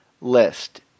list